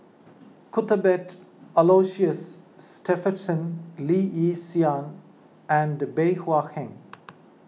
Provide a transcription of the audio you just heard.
Cuthbert Aloysius Shepherdson Lee Yi Shyan and Bey Hua Heng